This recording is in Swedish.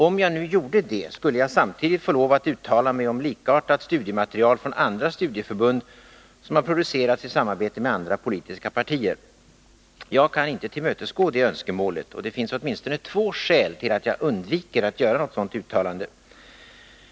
Om jag gjorde ett sådant uttalande skulle jag samtidigt få lov att uttala mig om likartade studiematerial från andra studieförbund som producerats i samarbete med andra politiska partier. Jag kan inte tillmötesgå detta önskemål, och det finns åtminstone två skäl till att jag undviker att göra något sådant uttalande.